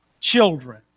children